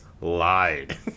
lied